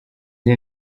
izi